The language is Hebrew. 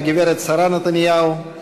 והגברת שרה נתניהו,